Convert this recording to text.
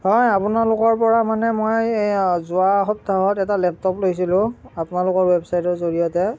হয় আপোনালোকৰপৰা মানে মই এইয়া যোৱা সপ্তাহত এটা লেপটপ লৈছিলোঁ আপোনালোকৰ ৱেবছাইটৰ জৰিয়তে